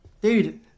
Dude